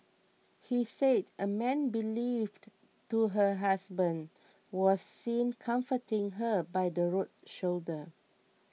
he said a man believed to her husband was seen comforting her by the road shoulder